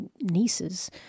nieces